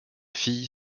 fille